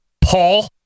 Paul